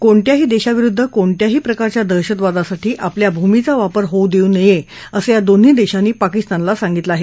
कोणत्याही देशाविरुद्ध कोणत्याही प्रकारच्या दहशतवादासाठी आपल्या भूमीचा वापर होऊ देऊ नये असं या दोन्ही देशांनी पाकिस्तानला सांगितलं आहे